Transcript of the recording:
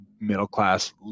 middle-class –